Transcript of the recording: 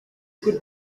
would